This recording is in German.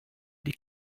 die